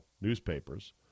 newspapers